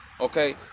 Okay